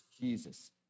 Jesus